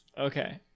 Okay